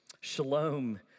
Shalom